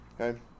Okay